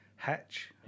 Hatch